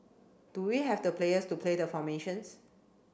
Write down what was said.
do we have the players to play the formations